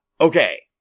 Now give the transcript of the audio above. Okay